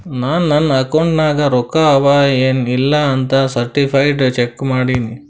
ನಾ ನನ್ ಅಕೌಂಟ್ ನಾಗ್ ರೊಕ್ಕಾ ಅವಾ ಎನ್ ಇಲ್ಲ ಅಂತ ಸರ್ಟಿಫೈಡ್ ಚೆಕ್ ಮಾಡಿನಿ